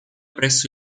presso